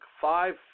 five